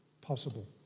possible